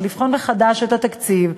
ולבחון מחדש את התקציב,